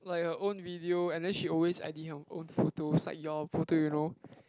like her own video and then she always edit her own photos like your photo you know